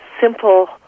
simple